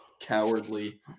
cowardly